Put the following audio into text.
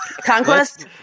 conquest